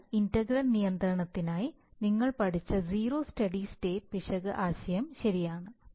അതിനാൽ ഇന്റഗ്രൽ നിയന്ത്രണത്തിനായി നിങ്ങൾ പഠിച്ച സീറോ സ്റ്റെഡി സ്റ്റേറ്റ് പിശക് ആശയം ശരിയാണ്